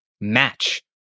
match